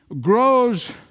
grows